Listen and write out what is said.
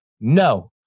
No